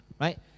Right